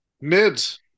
Mids